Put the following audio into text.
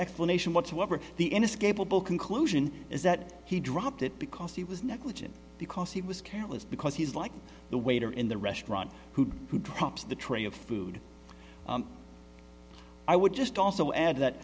explanation whatsoever the inescapable conclusion is that he dropped it because he was negligent because he was careless because he's like the waiter in the restaurant who who drops the tray of food i would just also add that